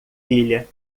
filha